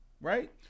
right